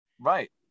right